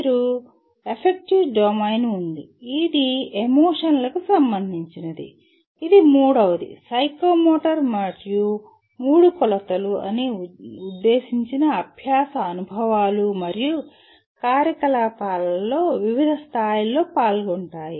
మీకు affective domain ఉంది ఇది ఎమోషన్లకు సంబంధించినది ఇది మూడవది సైకోమోటర్ మరియు మూడు కొలతలు అన్ని ఉద్దేశించిన అభ్యాస అనుభవాలు మరియు కార్యకలాపాలలో వివిధ స్థాయిలలో పాల్గొంటాయి